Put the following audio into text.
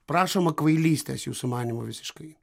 prašoma kvailystės jūsų manymu visiškai